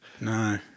No